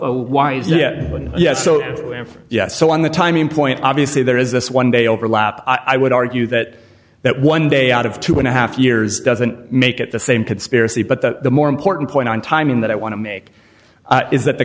why is yet but yes so yes so on the timing point obviously there is this one day overlap i would argue that that one day out of two and a half years doesn't make it the same conspiracy but the more important point on timing that i want to make is that the